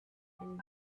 and